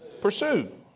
Pursue